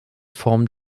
form